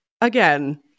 again